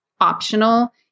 optional